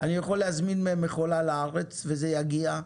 אני יכול להזמין מכולה לארץ וזה יגיע?